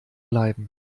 bleiben